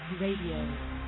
Radio